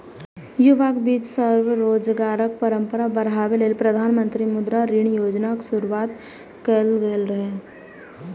युवाक बीच स्वरोजगारक परंपरा बढ़ाबै लेल प्रधानमंत्री मुद्रा ऋण योजना शुरू कैल गेल रहै